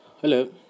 Hello